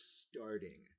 starting